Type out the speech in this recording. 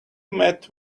met